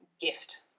gift